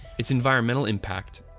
its environmental impact,